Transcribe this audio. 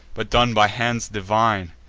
but done by hands divine.